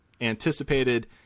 anticipated